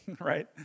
right